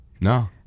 No